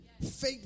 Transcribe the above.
faith